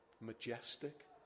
majestic